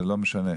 משנה.